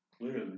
Clearly